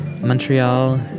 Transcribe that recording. Montreal